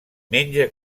menja